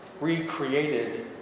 recreated